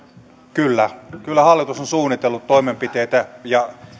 kyllä kyllä hallitus on suunnitellut toimenpiteitä ja